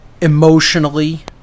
emotionally